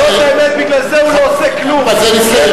זאת האמת, בגלל זה הוא לא עושה כלום, בזה מסתיים.